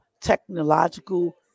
technological